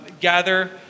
gather